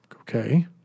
Okay